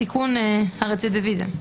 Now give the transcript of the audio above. הסיכון, הרצידיביזם,